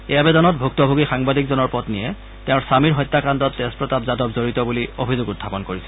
এই আবেদনত ভুক্তভোগী সাংবাদিকজনৰ পন্নীয়ে তেওঁৰ স্বামীৰ হত্যাকাণ্ডত তেজপ্ৰতাপ যাদব জড়িত বুলি অভিযোগ উখাপন কৰিছিল